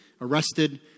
arrested